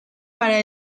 para